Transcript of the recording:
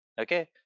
okay